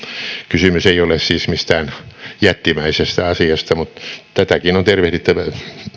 kysymys ei ole siis mistään jättimäisestä asiasta mutta tätäkin on tervehdittävä